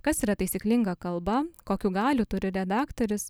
kas yra taisyklinga kalba kokių galių turi redaktorius